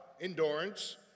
endurance